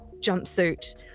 jumpsuit